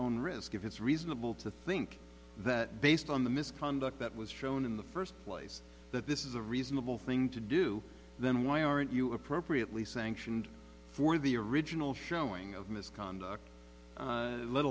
own risk if it's reasonable to think that based on the misconduct that was shown in the first place that this is a reasonable thing to do then why aren't you appropriately sanctioned for the original showing of misconduct